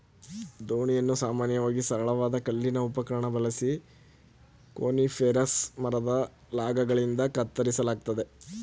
ದೋಣಿಯನ್ನು ಸಾಮಾನ್ಯವಾಗಿ ಸರಳವಾದ ಕಲ್ಲಿನ ಉಪಕರಣ ಬಳಸಿ ಕೋನಿಫೆರಸ್ ಮರದ ಲಾಗ್ಗಳಿಂದ ಕತ್ತರಿಸಲಾಗ್ತದೆ